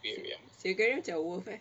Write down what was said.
sea aquarium jauh eh